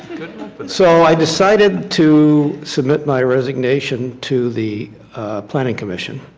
but so i decided to submit my resignation to the planning commission.